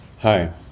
Hi